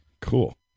Cool